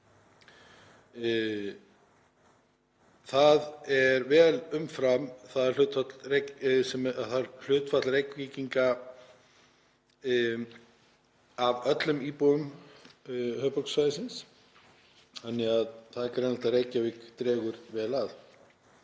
Það er vel umfram hlutfall Reykvíkinga af öllum íbúum höfuðborgarsvæðisins þannig að það er greinilegt að Reykjavík dregur vel að.